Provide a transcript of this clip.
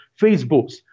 Facebooks